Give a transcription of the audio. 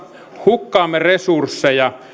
hukkaamme resursseja